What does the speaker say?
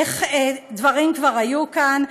איך דברים כבר היו כאן,